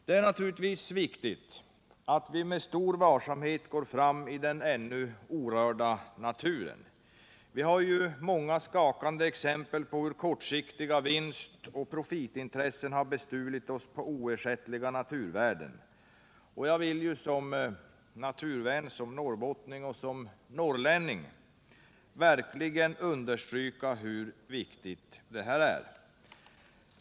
Det är naturligtvis viktigt att vi med stor varsamhet går fram i den ännu orörda naturen. Vi har många skakande exempel på hur kortsiktiga vinstoch profitintressen bestulit oss på oersättliga naturvärden. Jag vill som naturvän, som norrbottning och som norrlänning verkligen understryka hur viktigt detta är.